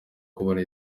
kubona